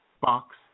box